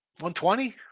120